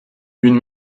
une